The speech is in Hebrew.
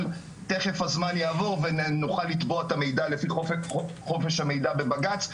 אבל תיכף הזמן יעבור ונוכל לתבוע את המידע לפי חוק חופש המידע בבג"צ,